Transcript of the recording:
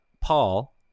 Paul